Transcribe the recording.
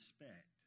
respect